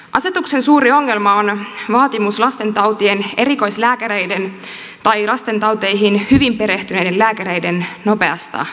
asetuksen suuri ongelma on vaatimus lastentautien erikoislääkäreiden tai lastentauteihin hyvin perehtyneiden lääkäreiden nopeasta saatavuudesta